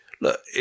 look